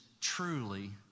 truly